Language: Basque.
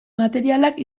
materialak